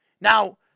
Now